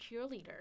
cheerleader